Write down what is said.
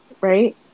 right